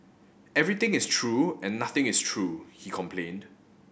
everything is true and nothing is true he complained